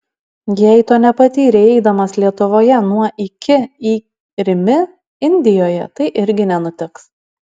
jei to nepatyrei eidamas lietuvoje nuo iki į rimi indijoje tai irgi nenutiks